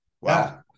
wow